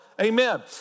Amen